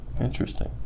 Interesting